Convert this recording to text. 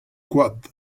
koad